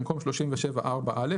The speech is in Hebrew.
במקום "37א4א"